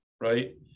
right